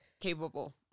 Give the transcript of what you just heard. Capable